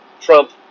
Trump